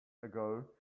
ago